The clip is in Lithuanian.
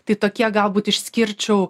tai tokie galbūt išskirčiau